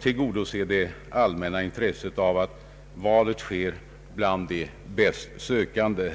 tillgodose det allmänna intresset av att valet sker bland de bästa sökandena.